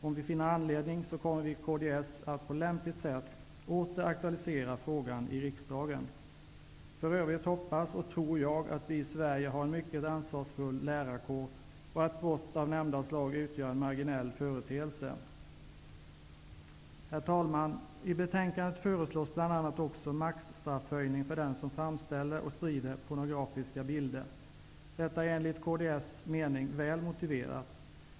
Om vi finner anledning härtill, kommer vi i kds att på lämpligt sätt åter aktualisera frågan i riksdagen. För övrigt hoppas och tror jag att vi i Sverige har en mycket ansvarsfull lärarkår och att brott av nämnda slag är en marginell företeelse. Herr talman! I betänkandet föreslås bl.a. också en höjning av maximistraffet för den som framställer och sprider barnpornografiska bilder. Detta är enligt kds mening väl motiverat.